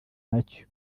nacyo